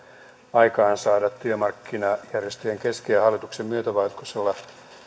aikaansaada työmarkkinajärjestöjen kesken ja hallituksen myötävaikutuksella